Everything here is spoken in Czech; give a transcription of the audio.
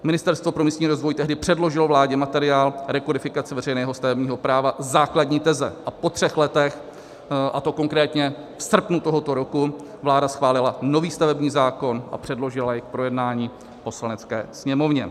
Ministerstvo pro místní rozvoj tehdy předložilo vládě materiál rekodifikace veřejného stavebního práva, základní teze, a po třech letech, konkrétně v srpnu tohoto roku, vláda schválila nový stavební zákon a předložila jej k projednání Poslanecké sněmovně.